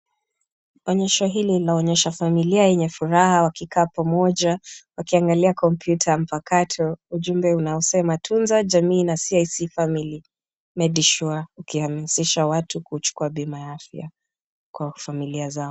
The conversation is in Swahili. Onyesho hili linaonyesha familia yenye furaha wakikaa pamoja, wakiangalia kompyuta ya mpakato. Ujumbe unaosema Tunza jamii na CIC family medisure ukihamasisha watu kuchukua bima ya afya kwa familia zao.